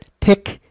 Tick